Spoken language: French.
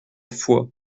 foix